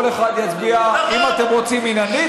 כל אחד יצביע, אם אתם רוצים עניינית,